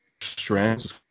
strands